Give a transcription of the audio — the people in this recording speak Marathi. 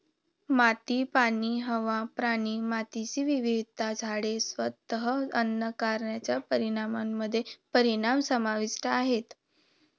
माती, पाणी, हवा, प्राणी, मातीची विविधता, झाडे, स्वतः अन्न कारच्या परिणामामध्ये परिणाम समाविष्ट आहेत